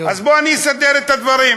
אז בוא אני אסדר את הדברים: